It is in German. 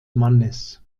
mannes